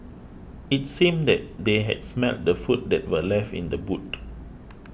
it seemed that they had smelt the food that were left in the boot